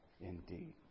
indeed